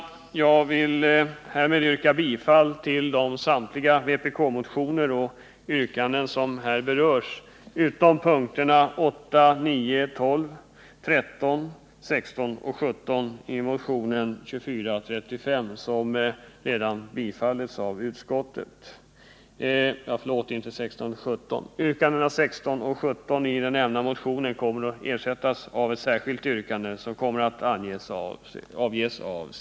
Jag vill yrka bifall till samtliga de vpk-motioner och yrkanden som här berörs, utom punkterna 8,9, 12 och 13 i motionen 2435, som redan tillstyrkts av utskottet.